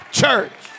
church